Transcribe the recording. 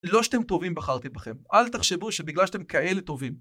לא שאתם טובים בחרתי בכם, אל תחשבו שבגלל שאתם כאלה טובים.